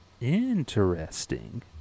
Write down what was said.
Interesting